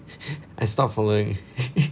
I stopped following